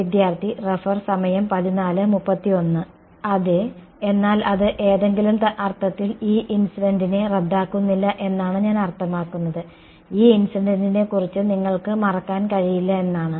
അതെ എന്നാൽ അത് ഏതെങ്കിലും അർത്ഥത്തിൽ E ഇൻസിഡന്റിനെ റദ്ദാക്കുന്നില്ല എന്നാണ് ഞാൻ അർത്ഥമാക്കുന്നത് E ഇൻസിഡന്റിനെ കുറിച്ച് നിങ്ങൾക്ക് മറക്കാൻ കഴിയില്ല എന്നാണ്